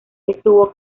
estuvo